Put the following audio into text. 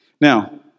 Now